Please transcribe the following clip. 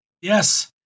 Yes